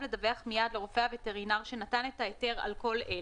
לדווח מייד לרופא הווטרינר שנתן את ההיתר על כל אלה: